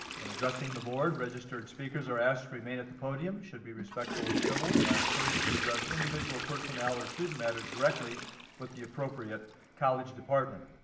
when addressing the board, registered speakers are asked to remain at the podium, should be respectful and civil, and are encouraged to address individual personnel or student matters directly with the appropriate college department.